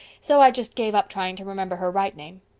so i just gave up trying to remember her right name.